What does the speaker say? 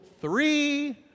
three